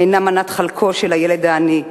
אינם מנת חלקו של הילד העני,